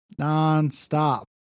nonstop